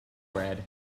bread